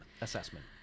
assessment